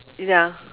ya